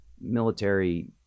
military